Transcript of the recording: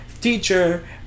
teacher